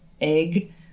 egg